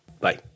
Bye